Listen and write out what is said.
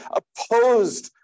opposed